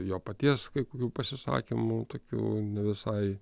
jo paties kaip kokių pasisakymų tokių ne visai